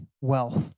wealth